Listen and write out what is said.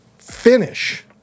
finish